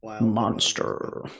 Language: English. monster